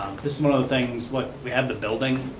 this is one of the things, look, we have the building.